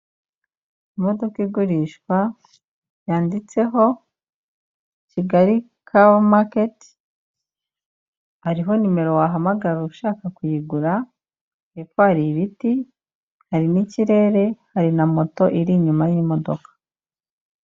Imodoka igurishwa yanditseho Kigali kari maketi, hariho numero wahamagara ushaka kuyigura, hepfo ibiti, hari n'ikirere, hari na moto iri inyuma y'imodoka.